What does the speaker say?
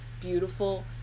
beautiful